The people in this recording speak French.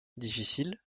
difficiles